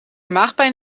maagpijn